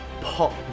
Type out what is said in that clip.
pop